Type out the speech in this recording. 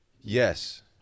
Yes